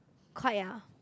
quite ah